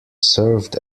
served